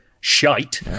shite